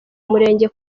umurenge